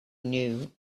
knew